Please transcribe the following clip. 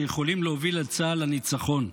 שיכולים להוביל את צה"ל לניצחון,